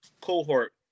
cohort